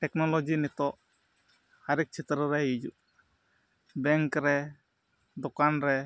technology ᱱᱤᱛᱚᱜ ᱦᱟᱨᱮᱠ ᱪᱷᱮᱛᱛᱨᱚ ᱨᱮ ᱦᱤᱡᱩᱜ ᱠᱟᱱᱟ ᱵᱮᱝᱠ ᱨᱮ ᱫᱚᱠᱟᱱ ᱨᱮ